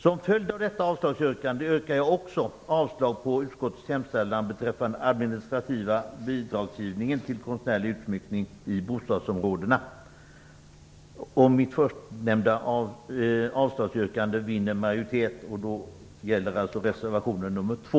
Som följd av detta avslagsyrkande yrkar jag också avslag på utskottets hemställan beträffande den administrativa bidragsgivningen till konstnärlig utsmyckning i bostadsområdena, om mitt förstnämnda avslagsyrkande vinner majoritet. Då gäller alltså reservation nr 2.